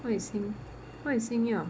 what is 星耀 what is 星耀